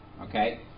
okay